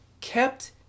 kept